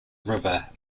river